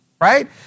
right